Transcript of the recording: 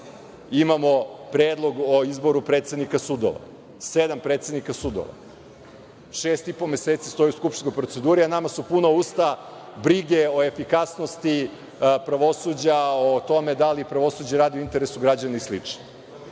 imamo predlog o izboru predsednika sudova, sedam predsednika sudova. Šest i po meseci stoji u skupštinskoj proceduri, a nama su puna usta brige o efikasnosti pravosuđa, o tome da li pravosuđe radi u interesu građana i